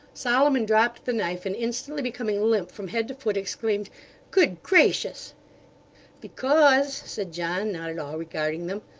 solomon dropped the knife, and instantly becoming limp from head to foot, exclaimed good gracious because said john, not at all regarding them,